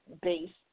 based